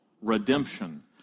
redemption